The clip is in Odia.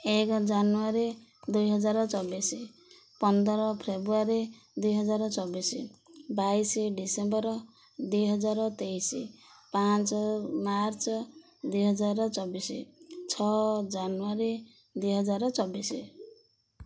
ଏକ ଜାନୁଆରୀ ଦୁଇହଜାର ଚବିଶି ପନ୍ଦର ଫେବୃଆରୀ ଦୁଇହଜାର ଚବିଶି ବାଇଶି ଡିସେମ୍ବର ଦୁଇହଜାର ତେଇଶି ପାଞ୍ଚ ମାର୍ଚ୍ଚ ଦୁଇହଜାର ଚବିଶି ଛଅ ଜାନୁଆରୀ ଦୁଇହଜାର ଚବିଶି